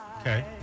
Okay